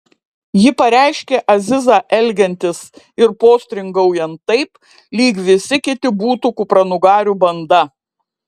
ji pareiškė azizą elgiantis ir postringaujant taip lyg visi kiti būtų kupranugarių banda